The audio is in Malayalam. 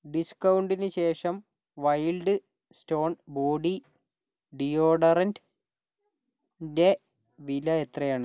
ഡിസ്കൗണ്ടിന് ശേഷം വൈൽഡ് സ്റ്റോൺ ബോഡി ഡിയോഡറൻറ്റ് ന്റെ വില എത്രയാണ്